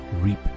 reap